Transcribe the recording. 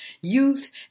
youth